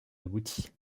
aboutit